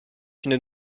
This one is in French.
une